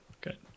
Good